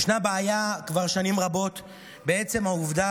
ישנה בעיה כבר שנים רבות בעצם העובדה